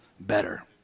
better